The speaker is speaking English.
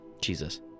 Jesus